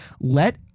let